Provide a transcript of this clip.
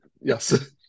Yes